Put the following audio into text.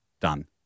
Done